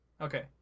Okay